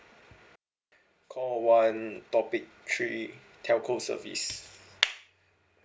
call one topic three telco service